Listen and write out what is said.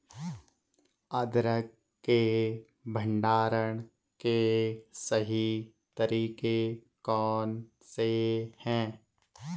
अदरक के भंडारण के सही तरीके कौन से हैं?